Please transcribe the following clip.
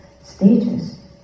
stages